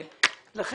אנחנו